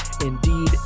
indeed